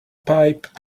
pipe